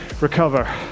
recover